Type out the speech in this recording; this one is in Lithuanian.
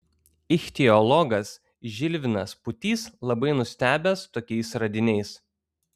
ichtiologas žilvinas pūtys labai nustebęs tokiais radiniais